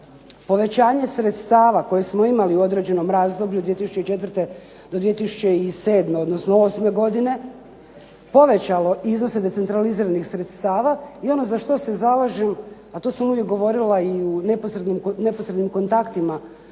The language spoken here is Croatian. povećanje sredstava koje smo imali u određenom razdoblju 2004. do 2007., odnosno 2008. godine, povećalo iznose decentraliziranih sredstava, i ono za što se zalažem, a to sam uvijek govorila i u neposrednim kontaktima